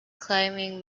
climbing